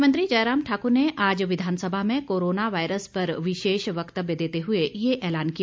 मुख्यमंत्री जयराम ठाक्र ने आज विधानसभा में कोरोना वायरस पर विशेष वक्तव्य देते हुए यह ऐलान किया